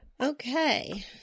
Okay